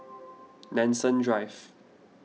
Nanson Drive